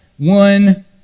one